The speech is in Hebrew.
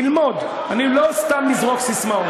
ללמוד, לא סתם לזרוק ססמאות.